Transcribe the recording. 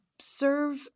serve